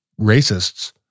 racists